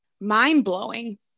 mind-blowing